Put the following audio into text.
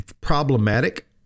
problematic